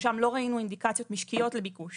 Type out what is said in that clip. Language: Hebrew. ששם לא ראינו אינדיקציות משקיות לביקוש